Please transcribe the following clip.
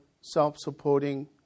self-supporting